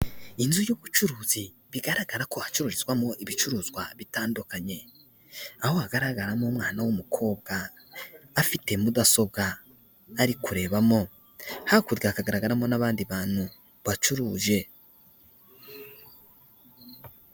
Inzu y'ubucuruzi bigaragara ko hacururizwamo ibicuruzwa bitandukanye, aho hagaragaramo umwana w'umukobwa afite mudasobwa ari kurebamo, hakurya hakagaragaramo n'abandi bantu bacuruje.